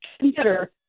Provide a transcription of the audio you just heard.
consider